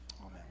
Amen